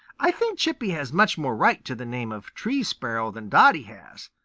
i think chippy has much more right to the name of tree sparrow than dotty has.